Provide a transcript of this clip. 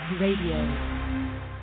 Radio